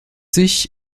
sich